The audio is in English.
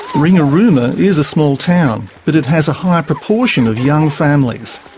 ringarooma is a small town but it has a high proportion of young families.